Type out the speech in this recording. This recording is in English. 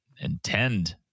intend